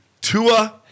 Tua